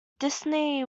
dynasty